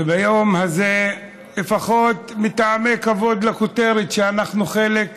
וביום הזה, לפחות מטעמי כבוד לכותרת שאנחנו, חלק,